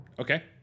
Okay